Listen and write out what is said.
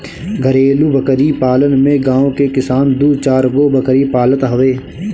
घरेलु बकरी पालन में गांव के किसान दू चारगो बकरी पालत हवे